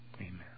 Amen